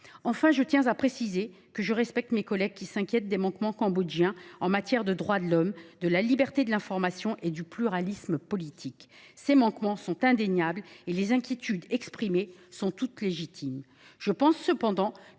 Enfin, je tiens à préciser que je respecte mes collègues qui s’inquiètent des manquements cambodgiens en matière de droits de l’homme, de la liberté de l’information et du pluralisme politique. Ces manquements sont indéniables et les inquiétudes exprimées sont toutes légitimes.